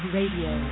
Radio